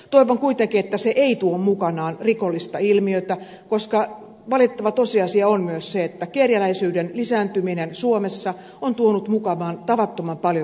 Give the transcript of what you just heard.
toivon kuitenkin että se ei tuo mukanaan rikollista ilmiötä koska valitettava tosiasia on myös se että kerjäläisyyden lisääntyminen suomessa on tuonut mukanaan tavattoman paljon myös rikollisuutta